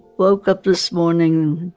woke up this morning,